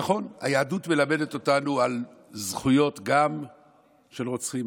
נכון, היהדות מלמדת אותנו גם על זכויות של רוצחים.